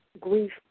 grief